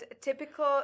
typical